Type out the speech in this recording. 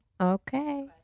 Okay